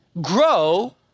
grow